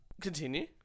Continue